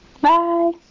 bye